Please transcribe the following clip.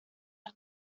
las